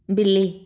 ਬਿੱਲੀ